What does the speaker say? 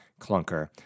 clunker